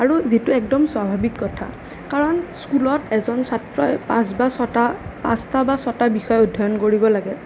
আৰু যিটো একদম স্বাভাৱিক কথা কাৰণ স্কুলত এজন ছাত্ৰই পাঁচ বা ছটা পাঁচটা বা ছটা বিষয় অধ্যয়ন কৰিব লাগে